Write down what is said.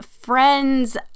friends